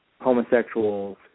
homosexuals